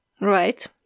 right